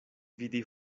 vidi